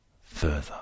further